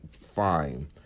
fine